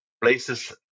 Places